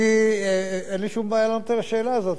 אני אין לי שום בעיה לענות על השאלה הזאת,